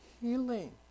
healing